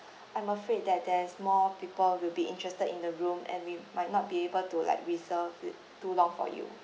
I'm afraid that there's more people will be interested in the room and we might not be able to like reserve it too long for you